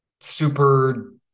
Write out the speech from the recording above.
super